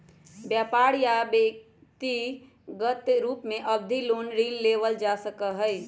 व्यापार या व्यक्रिगत रूप से अवधि लोन ऋण के लेबल जा सका हई